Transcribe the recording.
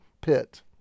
pit